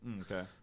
Okay